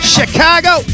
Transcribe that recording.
Chicago